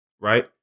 right